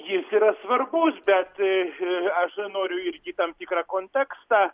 jis yra svarbus bet a aš noriu irgi tam tikrą kontekstą